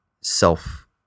self